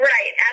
Right